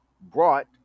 brought